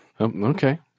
Okay